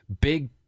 big